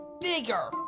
bigger